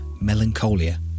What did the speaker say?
Melancholia